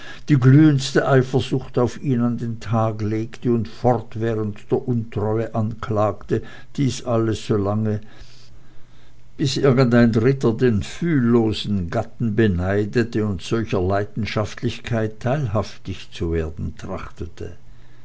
die glühendste eifersucht auf ihn an den tag legte und fortwährend der untreue anklagte dies alles so lange bis irgendein dritter den fühllosen gatten beneidete und solcher leidenschaftlichkeit teilhaftig zu werden